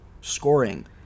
Scoring